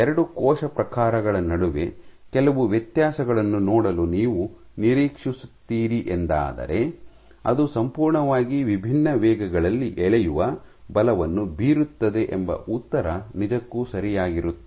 ಎರಡು ಕೋಶ ಪ್ರಕಾರಗಳ ನಡುವೆ ಕೆಲವು ವ್ಯತ್ಯಾಸಗಳನ್ನು ನೋಡಲು ನೀವು ನಿರೀಕ್ಷಿಸುತ್ತೀರಿ ಎಂದಾದರೆ ಅದು ಸಂಪೂರ್ಣವಾಗಿ ವಿಭಿನ್ನ ವೇಗಗಳಲ್ಲಿ ಎಳೆಯುವ ಬಲವನ್ನು ಬೀರುತ್ತದೆ ಎಂಬ ಉತ್ತರ ನಿಜಕ್ಕೂ ಸರಿಯಾಗಿರುತ್ತದೆ